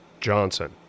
Johnson